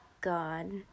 god